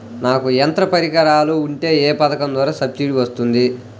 నాకు యంత్ర పరికరాలు ఉంటే ఏ పథకం ద్వారా సబ్సిడీ వస్తుంది?